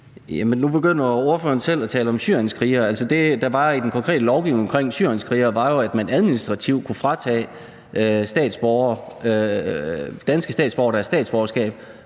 Nu begynder ordføreren selv at tale om syrienskrigere. Det, der var i den konkrete lovgivning om syrienskrigere, var jo, at man administrativt kunne fratage danske statsborgere deres statsborgerskab,